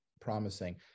promising